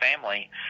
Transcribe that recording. family